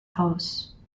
house